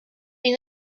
une